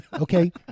Okay